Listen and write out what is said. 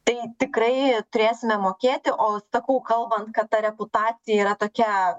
tai tikrai turėsime mokėti o sakau kalbant kad ta reputacija yra tokia